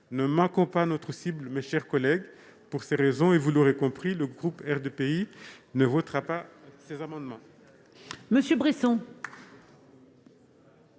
Ne manquons pas notre cible, mes chers collègues ! Pour ces raisons, vous l'aurez compris, le groupe RDPI ne votera pas ces amendements.